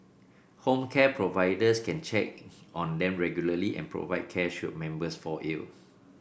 home care providers can check on them regularly and provide care should members fall ill